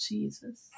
Jesus